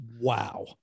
Wow